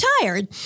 tired